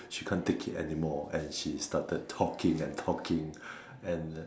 she can't take it anymore and she started talking and talking and then